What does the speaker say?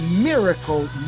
miracle